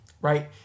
right